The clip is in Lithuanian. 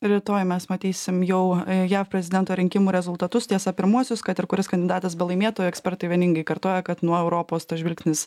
rytoj mes matysim jau jav prezidento rinkimų rezultatus tiesa pirmuosius kad ir kuris kandidatas belaimėtų ekspertai vieningai kartoja kad nuo europos tas žvilgsnis